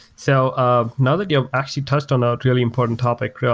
so ah now that you have actually touched on a really important topic,